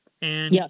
Yes